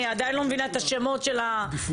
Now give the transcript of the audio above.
אני עדיין לא מבינה את השמות של הארגונים.